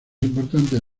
importantes